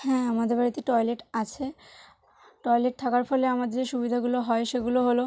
হ্যাঁ আমাদের বাড়িতে টয়লেট আছে টয়লেট থাকার ফলে আমার যে সুবিধাগুলো হয় সেগুলো হল